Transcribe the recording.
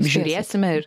žiūrėsime ir